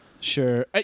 Sure